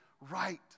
right